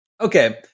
Okay